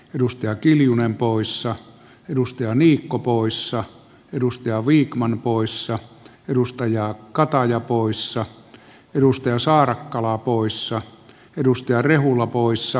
edustaja kiljunen poissa edustaja niikko poissa edustaja vikman poissa edustaja kataja poissa justeesaarakkala puissa virus ja rehula parhaimmillaan